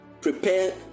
prepare